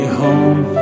home